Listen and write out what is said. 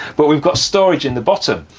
but we've got storage in the bottom,